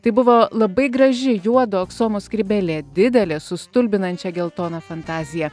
tai buvo labai graži juodo aksomo skrybėlė didelė su stulbinančia geltona fantazija